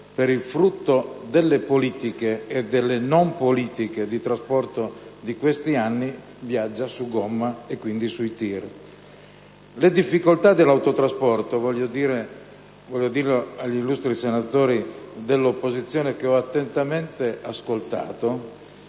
per il frutto delle politiche e delle non politiche di trasporto di questi anni, viaggia su gomma, quindi sui TIR. Le difficoltà dell'autotrasporto - voglio dirlo agli illustri senatori dell'opposizione, che ho attentamente ascoltato,